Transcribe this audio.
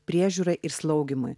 priežiūrai ir slaugymui